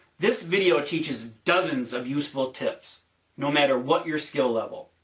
this video teaches dozens of useful tips no matter what your skill level,